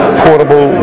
portable